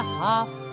half